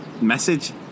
message